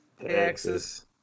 Texas